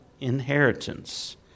inheritance